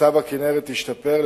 מצב הכינרת ישתפר,